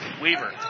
Weaver